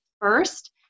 first